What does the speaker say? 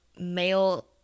male